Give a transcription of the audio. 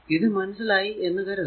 ഇത് മനസ്സിലായി എന്ന് കരുതാം